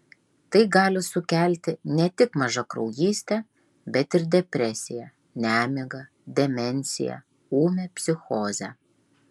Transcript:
tai gali sukelti ne tik mažakraujystę bet ir depresiją nemigą demenciją ūmią psichozę